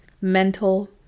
mental